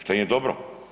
Što im je dobro?